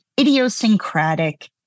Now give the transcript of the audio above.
idiosyncratic